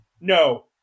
no